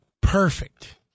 perfect